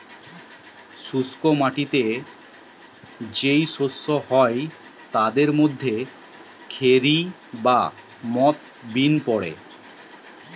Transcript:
শুষ্ক মাটিতে যেই শস্য হয় তাদের মধ্যে খেরি বা মথ বিন পড়ে